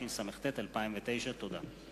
התשס"ט 2009. תודה.